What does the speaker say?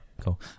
Cool